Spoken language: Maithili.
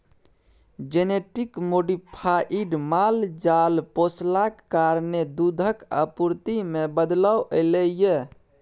जेनेटिक मोडिफाइड माल जाल पोसलाक कारणेँ दुधक आपुर्ति मे बदलाव एलय यै